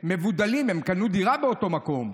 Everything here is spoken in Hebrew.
נבדלים, הם קנו דירה באותו מקום.